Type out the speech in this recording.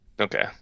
Okay